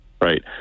right